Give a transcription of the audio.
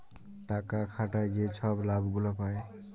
টাকা খাটায় যে ছব লাভ গুলা পায়